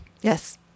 Yes